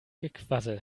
gequassel